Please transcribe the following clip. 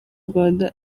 rwanda